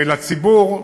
לציבור,